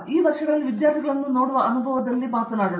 ಈ ವರ್ಷಗಳಲ್ಲಿ ವಿದ್ಯಾರ್ಥಿಗಳನ್ನು ನೋಡುವ ನಮ್ಮ ಅನುಭವದಲ್ಲಿ ನಾವು ಹೇಳೋಣ